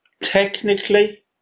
technically